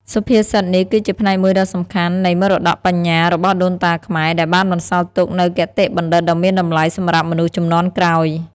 សុភាសិតនេះគឺជាផ្នែកមួយដ៏សំខាន់នៃមរតកបញ្ញារបស់ដូនតាខ្មែរ ដែលបានបន្សល់ទុកនូវគតិបណ្ឌិតដ៏មានតម្លៃសម្រាប់មនុស្សជំនាន់ក្រោយ។